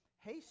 hey